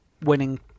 winning